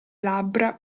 labbra